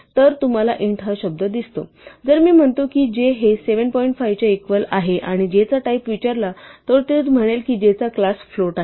तर तुम्हाला int हा शब्द दिसतो जर मी म्हणतो की j हे 7 पॉईंट 5 च्या इक्वल आहे आणि j चा टाईप विचारला तर तो म्हणेल की j चा क्लास फ्लोट आहे